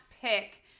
pick